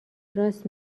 راست